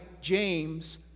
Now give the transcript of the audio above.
James